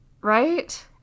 right